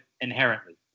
inherently